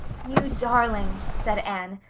you darling, said anne,